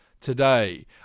today